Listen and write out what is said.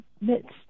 midst